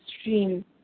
stream